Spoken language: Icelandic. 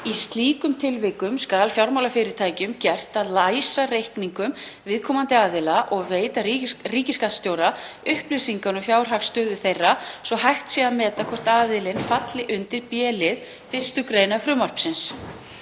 í slíkum tilvikum skal fjármálafyrirtækjum gert að læsa reikningum viðkomandi aðila og veita ríkisskattstjóra upplýsingar um fjárhagsstöðu þeirra svo að hægt sé að meta hvort aðilinn falli undir b-lið 1. gr. frumvarpsins.